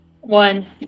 One